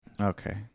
Okay